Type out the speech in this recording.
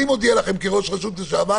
אני מודיע לכם כראש רשות לשעבר